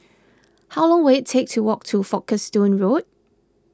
how long will it take to walk to Folkestone Road